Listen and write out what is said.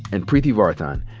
and preeti varathan.